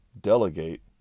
delegate